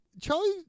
Charlie